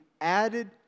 added